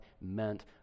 meant